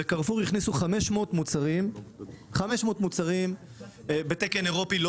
וקרפור הכניסו 500 מוצרים בתקן אירופי,